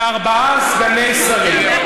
וארבעה סגני שרים.